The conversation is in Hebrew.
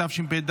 התשפ"ד